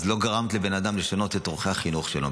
אז לא גרמת לבן אדם לשנות את אורחי החינוך שלו.